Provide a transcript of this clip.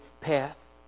path